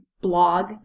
blog